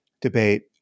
debate